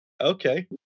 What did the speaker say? Okay